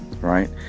right